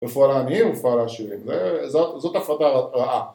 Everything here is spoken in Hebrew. ‫בפועל העניים ובפועל העשירים. ‫זאת הפרטה רעה.